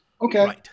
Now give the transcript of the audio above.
Okay